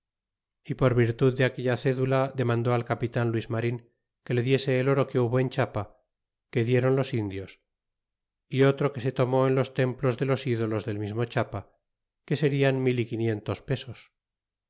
y por virtud de aquella cédula demandó al capitan luis mann que le diese el oro que hubo en chiapa que dieron los indios é otro que se tomó en los templos de los ídolos del mismo chiapa que serian mil é quinientos pesos